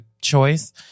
choice